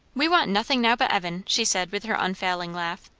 we want nothing now but evan, she said with her unfailing laugh.